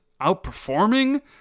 outperforming